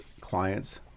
clients